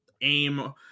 aim